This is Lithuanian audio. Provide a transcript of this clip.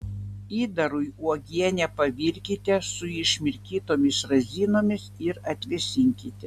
įdarui uogienę pavirkite su išmirkytomis razinomis ir atvėsinkite